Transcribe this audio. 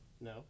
No